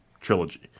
trilogy